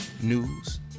news